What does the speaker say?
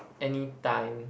anytime